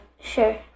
Sure